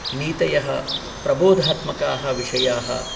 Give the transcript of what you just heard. नीतयः प्रबोधात्मकाः विषयाः